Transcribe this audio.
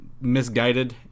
Misguided